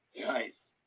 Nice